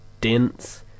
dense